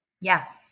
Yes